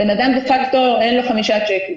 הבן-אדם דה-פאקטו אין לו חמישה צ'קים.